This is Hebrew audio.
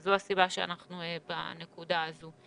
וזו הסיבה לכך שאנחנו בנקודה הזאת.